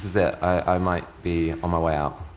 is it, i might be on my way out?